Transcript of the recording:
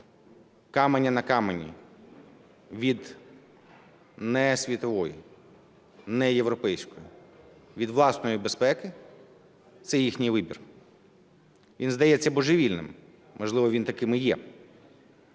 каменя на камені від не світової, не європейської, від власної безпеки – це їхній вибір. Він здається божевільним, можливо, він таким і є.